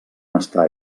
estar